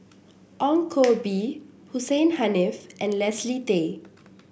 Ong Koh Bee Hussein Haniff and Leslie Tay